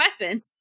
weapons